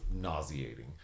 nauseating